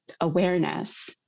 awareness